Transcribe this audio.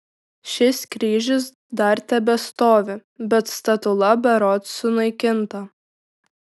šis kryžius dar tebestovi bet statula berods sunaikinta